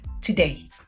today